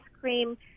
cream